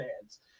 fans